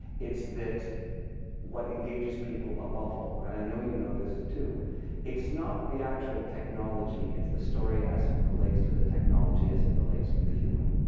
it's that what engages people above all and i know you know this too it's not the actual technology, it's the story as it relates to the technology, as it relates to the human.